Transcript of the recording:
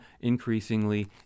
increasingly